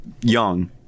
young